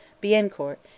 Biencourt